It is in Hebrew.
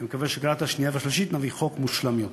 ואני מקווה שלקראת השנייה והשלישית נביא חוק שלם יותר.